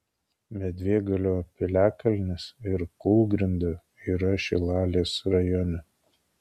medvėgalio piliakalnis ir kūlgrinda yra šilalės rajone